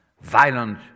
violent